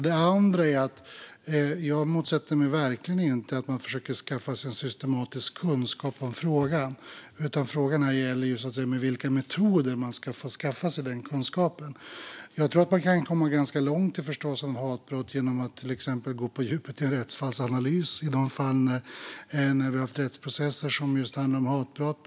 Det andra är att jag verkligen inte motsätter mig att man försöker skaffa sig systematisk kunskap om frågan, utan frågan gäller med vilka metoder man ska skaffa sig den kunskapen. Jag tror att man kan komma ganska långt i förståelsen av hatbrott genom att till exempel gå på djupet i en rättsfallsanalys av de fall när vi har haft rättsprocesser som just handlar om hatbrott.